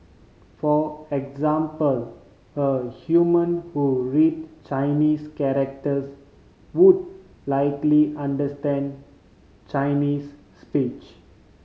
for example a human who read Chinese characters would likely understand Chinese speech